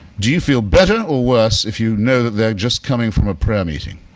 do you feel better or worse if you know that they're just coming from a prayer meeting?